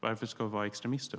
Varför ska vi vara extremister?